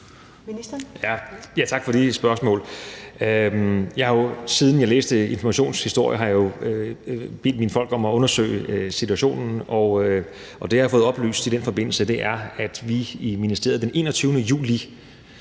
Tak for de spørgsmål. Jeg har jo, siden jeg læste Informations historie, bedt mine folk om at undersøge situationen, og det, jeg har fået oplyst i den forbindelse, er, at vi i ministeriet den 21. juli